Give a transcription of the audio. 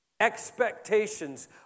expectations